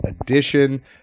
Edition